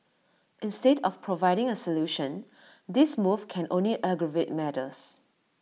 instead of providing A solution this move can only aggravate matters